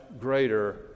greater